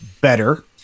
better